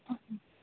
आं